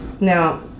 Now